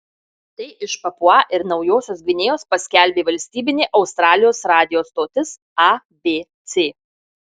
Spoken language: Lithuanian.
tai iš papua ir naujosios gvinėjos paskelbė valstybinė australijos radijo stotis abc